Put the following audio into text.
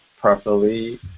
properly